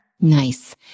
Nice